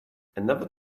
another